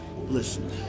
Listen